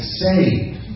saved